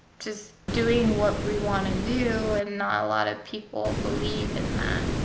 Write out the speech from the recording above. just doing what we want to do and not a lot of people believe in that.